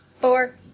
four